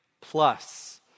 plus